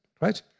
right